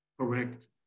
correct